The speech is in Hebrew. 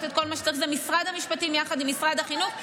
את כל מה שצריך הוא משרד המשפטים יחד עם משרד החינוך,